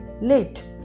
late